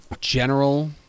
general